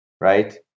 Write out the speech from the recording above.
Right